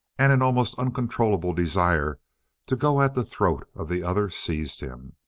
and an almost uncontrollable desire to go at the throat of the other seized him.